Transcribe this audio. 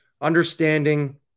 understanding